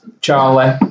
Charlie